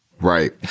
Right